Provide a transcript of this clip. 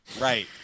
Right